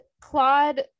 Claude